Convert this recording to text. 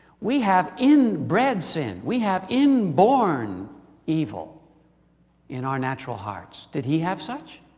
we have inbred sin, we have inborn evil in our natural hearts. did he have such?